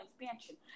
expansion